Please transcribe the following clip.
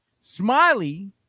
Smiley